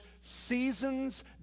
seasons